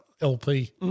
LP